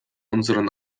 unseren